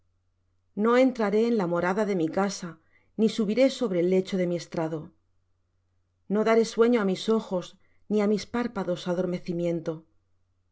no entraré en la morada de mi casa ni subiré sobre el lecho de mi estrado no daré sueño á mis ojos ni á mis párpados adormecimiento